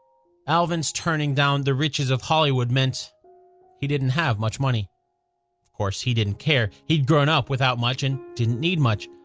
alvin's turning down the riches of hollywood meant he didn't have much money. of course, he didn't care he'd grown up without much and didn't need much.